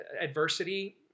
adversity